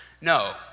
No